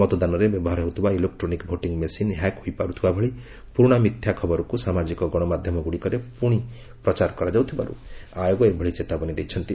ମତଦାନରେ ବ୍ୟବହାର ହେଉଥିବା electronic voting machine hack ହୋଇ ପାରୁଥିବା ଭଳି ପୁରୁଣା ମିଥ୍ୟା ଖବରକୁ ସାମାଜିକ ଗଣମାଧ୍ୟମଗୁଡିକରେ ପୁଣି ପ୍ରଚାର କରାଯାଉଥିବାରୁ ଆୟୋଗ ଏଭଳି ଚେତାବନୀ ଦେଇଛନ୍ତି